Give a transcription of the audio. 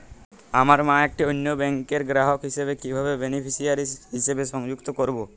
আমার মা একটি অন্য ব্যাংকের গ্রাহক হিসেবে কীভাবে বেনিফিসিয়ারি হিসেবে সংযুক্ত করব?